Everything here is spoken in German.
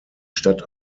stadt